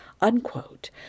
unquote